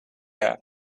air